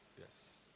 Yes